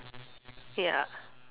ya